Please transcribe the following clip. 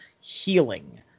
healing